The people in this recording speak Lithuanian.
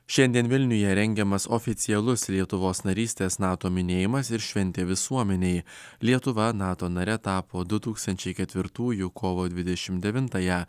šiandien vilniuje rengiamas oficialus lietuvos narystės nato minėjimas ir šventė visuomenei lietuva nato nare tapo du tūkstančiai ketvirtųjų kovo dvidešimt devintąją